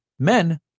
Men